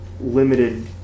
limited